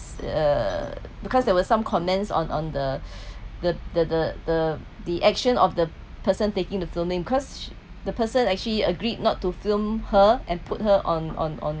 uh because there were some comments on on the the the the the the action of the person taking the filming cause the person actually agreed not to film her and put her on on on